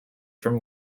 from